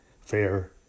fair